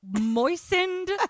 moistened